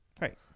Right